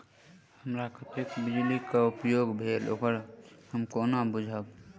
हमरा कत्तेक बिजली कऽ उपयोग भेल ओकर हम कोना बुझबै?